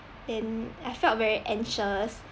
then I felt very anxious